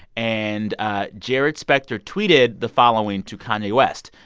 and ah jarrod spector tweeted the following to kanye west.